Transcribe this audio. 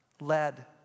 led